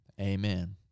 Amen